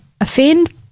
offend